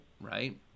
right